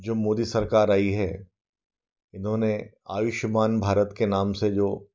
जो मोदी सरकार आई है इन्होंने आयुष्मान भारत के नाम से जो